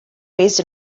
raised